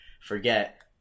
forget